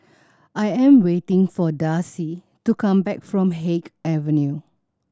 I am waiting for Darci to come back from Haig Avenue